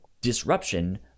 disruption